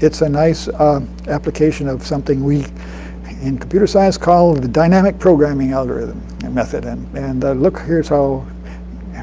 it's a nice application of something we in computer science call the dynamic programming algorithm and method. and and look, here's how